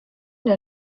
der